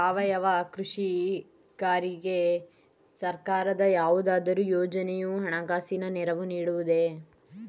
ಸಾವಯವ ಕೃಷಿಕರಿಗೆ ಸರ್ಕಾರದ ಯಾವುದಾದರು ಯೋಜನೆಯು ಹಣಕಾಸಿನ ನೆರವು ನೀಡುವುದೇ?